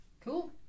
cool